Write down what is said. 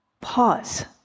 Pause